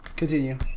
Continue